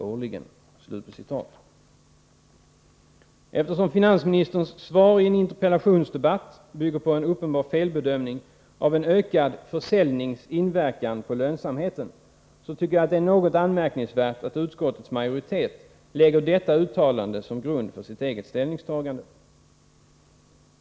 årligen.” Eftersom finansministerns svar i en interpellationsdebatt bygger på en uppenbar felbedömning av en ökad försäljnings inverkan på lönsamheten, tycker jag det är något anmärkningsvärt att utskottets majoritet lägger detta uttalande som grund för sitt eget ställningstagande.